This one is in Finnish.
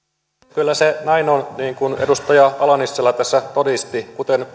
kyllä se on näin niin kuin edustaja ala nissilä tässä todisti kuten